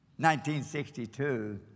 1962